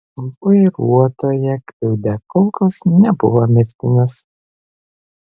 vairuotoją kliudę kulkos nebuvo mirtinos